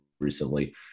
recently